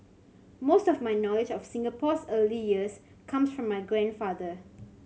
most of my knowledge of Singapore's early years comes from my grandfather